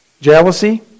Jealousy